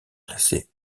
classé